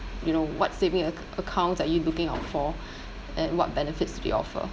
you know what saving acc~ accounts are you looking out for and what benefits they offer